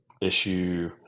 issue